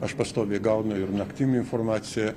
aš pastoviai gauna ir naktim informaciją